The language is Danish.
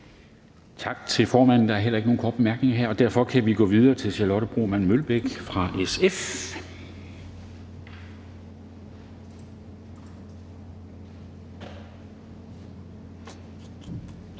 Tak til ordføreren. Der er heller ikke nogen korte bemærkninger her, og derfor kan vi gå videre til fru Charlotte Broman Mølbæk fra SF.